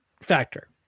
factor